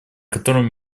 котором